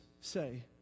say